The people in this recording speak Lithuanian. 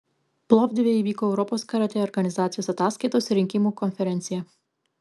plovdive įvyko europos karatė organizacijos ataskaitos ir rinkimų konferencija